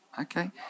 okay